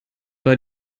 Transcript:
war